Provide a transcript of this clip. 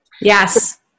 Yes